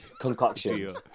concoction